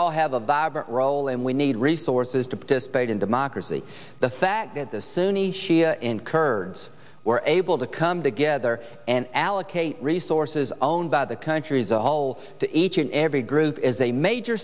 all have a vibrant role and we need resources to participate in democracy the fact that the sunni shia and kurds were able to come together and allocate resources owned by the countries all each and every group is a major